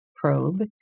probe